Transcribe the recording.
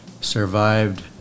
survived